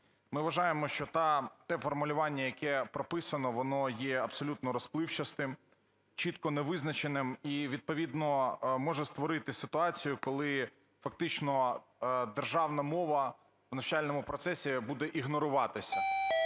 Ми вважаємо, що те формулювання, яке прописано, воно є абсолютно розпливчатим, чітко не визначеним і відповідно може створити ситуацію, коли фактично державна мова в навчальному процесі буде ігноруватися.